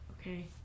Okay